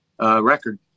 record